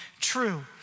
true